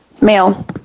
Male